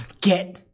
Get